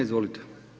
Izvolite.